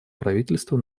правительству